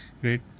great